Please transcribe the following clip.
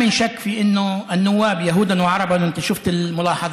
הוועדות הן המקום החשוב